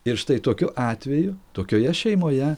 ir štai tokiu atveju tokioje šeimoje